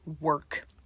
work